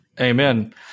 Amen